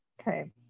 Okay